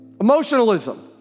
Emotionalism